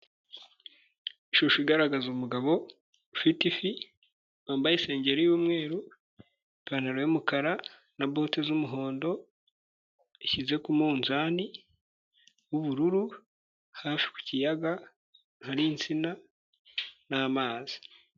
Ishusho igaragaza umugabo ufite ifi, wambaye isengeri y'umweru, ipantaro y'umukara na bote z'umuhondo, ishyize ku munzani w'ubururu hafi ku kiyaga hari insina n'amazi.